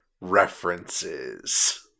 References